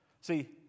See